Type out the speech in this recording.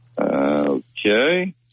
Okay